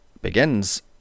begins